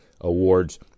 Awards